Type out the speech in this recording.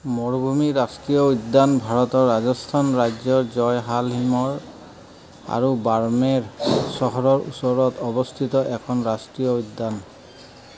মৰুভূমি ৰাষ্ট্ৰীয় উদ্যান ভাৰতৰ ৰাজস্থান ৰাজ্যৰ জয়সালমীৰ আৰু বাৰ্মেৰ চহৰৰ ওচৰত অৱস্থিত এখন ৰাষ্ট্ৰীয় উদ্যান